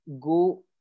go